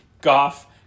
Goff